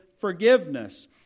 forgiveness